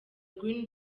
green